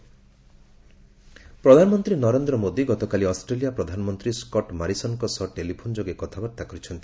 PM Australia PM ପ୍ରଧାନମନ୍ତ୍ରୀ ନରେନ୍ଦ୍ର ମୋଦୀ ଗତକାଲି Australia ପ୍ରଧାନମନ୍ତ୍ରୀ ସ୍କଟ୍ ମାରିସନ୍ଙ୍କ ସହ ଟେଲିଫୋନ୍ ଯୋଗେ କଥାବାର୍ତ୍ତା କରିଛନ୍ତି